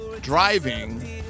driving